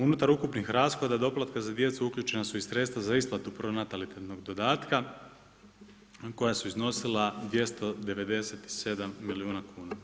Unutar ukupnih rashoda doplatka za djecu uključena su i sredstva za isplatu pronatalitetnog dodatka koja su iznosila 297 milijuna kuna.